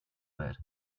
bit